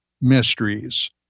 mysteries